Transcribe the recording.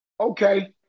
okay